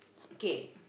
kay